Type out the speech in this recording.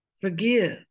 Forgive